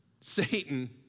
Satan